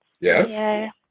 Yes